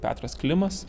petras klimas